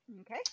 Okay